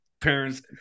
parents